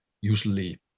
usually